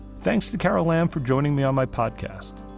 thanks to carol lam for joining me on my podcast,